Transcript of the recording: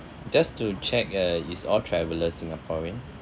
just to check uh is all travellers singaporean